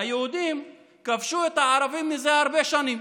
היהודים כובשים את הערבים מזה הרבה שנים.